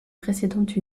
précédente